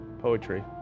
poetry